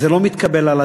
זה לא מתקבל על הדעת,